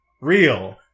real